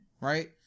right